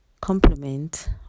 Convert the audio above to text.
complement